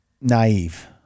naive